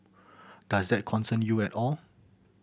does that concern you at all